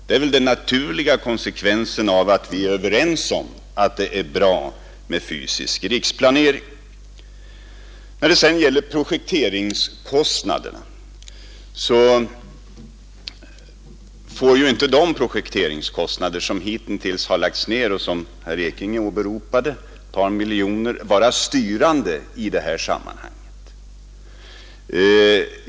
Det är väl den naturliga konsekvensen av att vi är överens om att det är bra med fysisk riksplanering. När det sedan gäller projekteringskostnaderna, så får ju inte de projekteringskostnader som hitintills lagts ned och som herr Ekinge åberopade — ett par miljoner — vara styrande i det här sammanhanget.